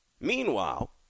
Meanwhile